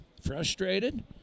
frustrated